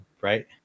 right